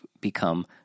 become